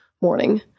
morning